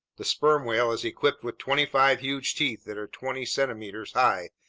the sperm whale is equipped with twenty-five huge teeth that are twenty centimeters high,